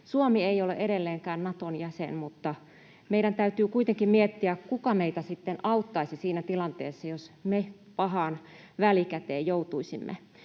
Suomi ei ole edelleenkään Naton jäsen, mutta meidän täytyy kuitenkin miettiä, kuka meitä sitten auttaisi siinä tilanteessa, jos me pahaan välikäteen joutuisimme.